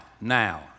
now